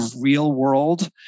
real-world